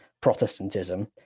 protestantism